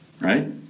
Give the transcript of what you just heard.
right